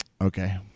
Okay